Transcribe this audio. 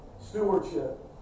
Stewardship